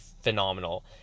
phenomenal